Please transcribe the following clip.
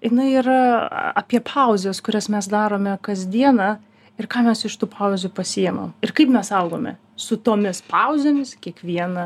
jinai yra apie pauzes kurias mes darome kasdieną ir ką mes iš tų pauzių pasiemam ir kaip mes augome su tomis pauzėmis kiekvieną